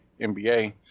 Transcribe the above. NBA